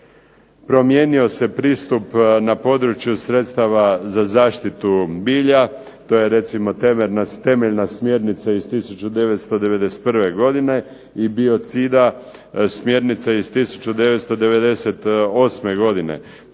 promijenio se pristup na području sredstava za zaštitu bilja, to je recimo temeljna smjernica iz 1991. godine i biocida smjernica iz 1998. godine